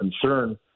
concern